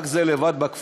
רק זה לבד, בכפולות,